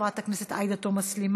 חברת הכנסת עאידה תומא סלימאן,